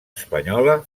espanyola